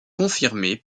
confirmé